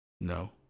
No